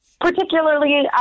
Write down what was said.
particularly